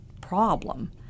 problem